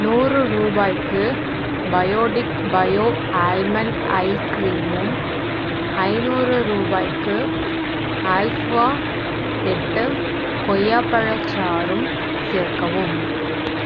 நூறு ரூபாய்க்கு Biotique bio almond eye கிரீமும் ஐநூறு ரூபாய்க்கு ஆல்ஃபா எட்டு கொய்யா பழச்சாறும் சேர்க்கவும்